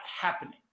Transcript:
happening